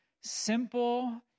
simple